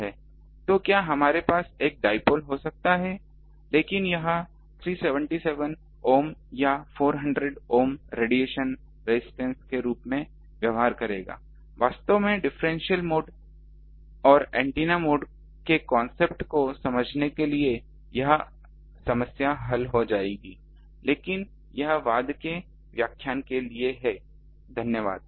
तो क्या हमारे पास एक डाइपोल हो सकता है लेकिन यह 377 ohm या 400 ohm रेडिएशन रेजिस्टेंस के रूप में व्यवहार करेगा वास्तव में डिफरेंशियल मोड और एंटीना मोड के कांसेप्ट को समझने के यह समस्या हल हो जाएगी लेकिन यह बाद के व्याख्यान के लिए है धन्यवाद